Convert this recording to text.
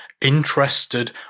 interested